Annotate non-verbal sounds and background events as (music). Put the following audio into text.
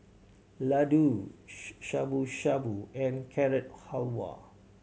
Ladoo (unintelligible) Shabu Shabu and Carrot Halwa